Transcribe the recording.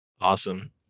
Awesome